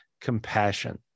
compassion